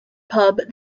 pub